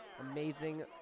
amazing